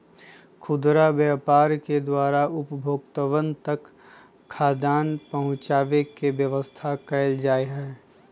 खुदरा व्यापार के द्वारा उपभोक्तावन तक खाद्यान्न पहुंचावे के व्यवस्था कइल जाहई